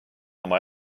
oma